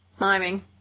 miming